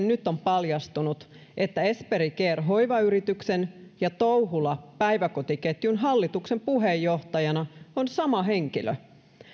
nyt on paljastunut että esperi care hoivayrityksen ja touhula päiväkotiketjun hallituksen puheenjohtajana on sama henkilö